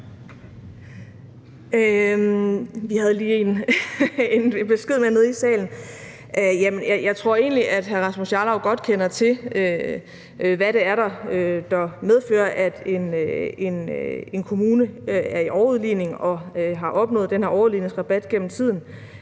Jeg tror egentlig, at hr. Rasmus Jarlov godt kender til, hvad det er, der medfører, at en kommune er i overudligning og har opnået den her overudligningsrabat gennem tiden.